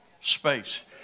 space